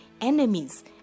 enemies